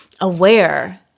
aware